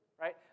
Right